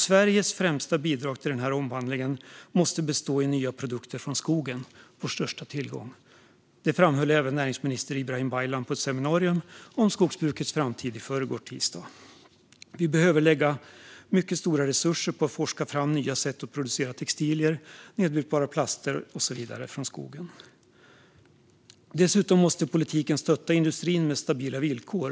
Sveriges främsta bidrag till den här omvandlingen måste bestå i nya produkter från skogen, vår största tillgång. Detta framhöll även näringsminister Ibrahim Baylan på ett seminarium om skogsbrukets framtid i förrgår, tisdag. Vi behöver lägga mycket stora resurser på att forska fram nya sätt att producera textilier, nedbrytbara plaster och så vidare från skogen. Dessutom måste politiken stötta industrin med stabila villkor.